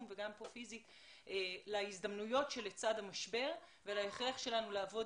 וגם כאן פיזית להזדמנויות שלצד המשבר ולהכרח שלנו לעבוד